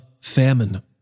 famine